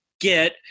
get